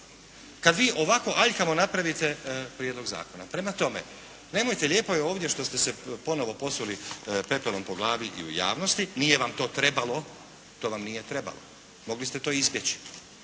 Kad vi ovako aljkavo napravite Prijedlog zakona. Prema tome nemojte, lijepo je ovdje što ste se ponovo posuli pepelom po glavi i u javnosti. Nije vam to trebalo. To vam nije trebalo, mogli ste to izbjeći.